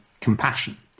compassion